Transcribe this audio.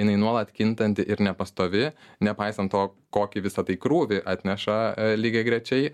jinai nuolat kintanti ir nepastovi nepaisant to kokį visa tai krūvį atneša lygiagrečiai